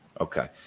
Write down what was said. Okay